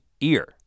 ear